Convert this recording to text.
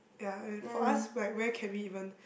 ya and for us where where can we even